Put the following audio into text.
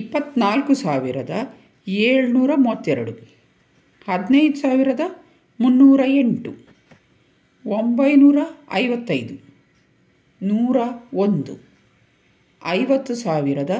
ಇಪ್ಪತ್ತ್ನಾಲ್ಕು ಸಾವಿರದ ಏಳ್ನೂರ ಮೂವತ್ತೆರಡು ಹದಿನೈದು ಸಾವಿರದ ಮುನ್ನೂರ ಎಂಟು ಒಂಬೈನೂರ ಐವತ್ತೈದು ನೂರ ಒಂದು ಐವತ್ತು ಸಾವಿರದ